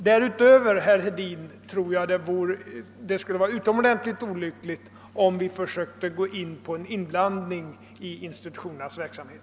Jag tror, herr Hedin, att det skulle vara utomordentligt olyckligt om vi därutöver försökte blanda oss i institutionernas verksamhet.